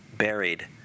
buried